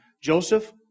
Joseph